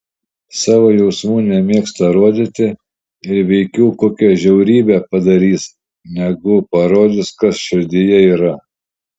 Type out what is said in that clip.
savo jausmų nemėgsta rodyti ir veikiau kokią žiaurybę padarys negu parodys kas širdyje yra